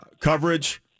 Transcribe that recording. Coverage